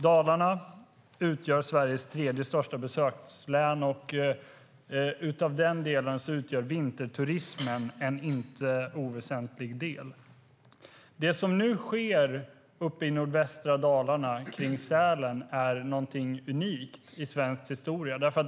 Dalarna utgör Sveriges tredje största besökslän, och där utgör vinterturismen en inte oväsentlig del. Det som nu sker uppe i nordvästra Dalarna kring Sälen är någonting unikt i svensk historia.